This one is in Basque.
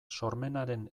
sormenaren